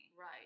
Right